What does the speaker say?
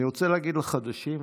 אני רוצה להגיד לחדשים,